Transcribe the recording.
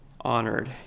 honored